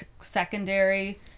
secondary